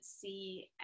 see